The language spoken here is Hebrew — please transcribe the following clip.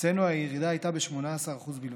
אצלנו הירידה הייתה של 18% בלבד.